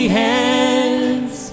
hands